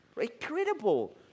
Incredible